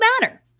matter